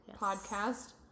podcast